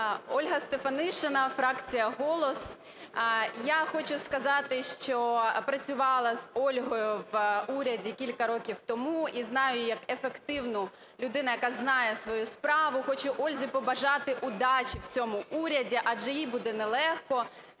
Ольга Стефанишина, фракція "Голос". Я хочу сказати, що працювала з Ольгою в уряді кілька років тому, і знаю як ефективну людину, яка знає свою справу. Хочу Ользі побажати удачі в цьому уряді, адже їй буде нелегко